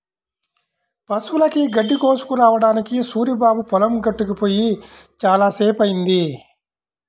పశువులకి గడ్డి కోసుకురావడానికి సూరిబాబు పొలం గట్టుకి పొయ్యి చాలా సేపయ్యింది